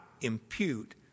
impute